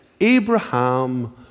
Abraham